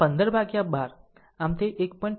આમ 15 ભાગ્યા 12 આમ તે 1